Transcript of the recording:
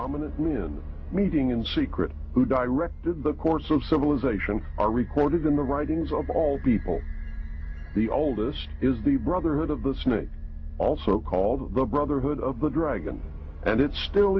when meeting in secret who directed the course of civilization are recorded in the writings of all people the oldest is the brotherhood of the snake also called the brotherhood of the dragon and it still